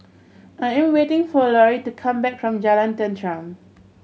I am waiting for Lorri to come back from Jalan Tenteram